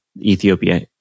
Ethiopia